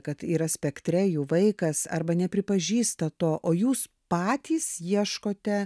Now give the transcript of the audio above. kad yra spektre jų vaikas arba nepripažįsta to o jūs patys ieškote